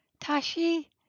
Tashi